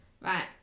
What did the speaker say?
Right